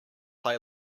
play